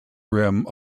rim